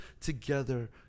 together